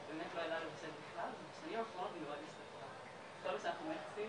את כל הדיונים בהצעת החוק אנחנו סיימנו